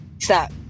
Stop